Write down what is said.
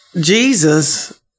Jesus